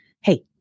Hey